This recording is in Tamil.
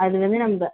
அது வந்து நம்ப